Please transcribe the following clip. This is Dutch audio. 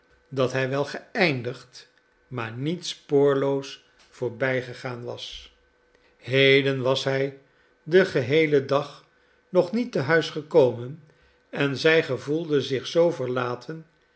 dat hij wel geëindigd maar niet spoorloos voorbijgegaan was heden was hij den geheelen dag nog niet te huis gekomen en zij gevoelde zich zoo verlaten